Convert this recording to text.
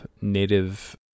native